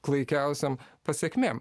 klaikiausiom pasekmėm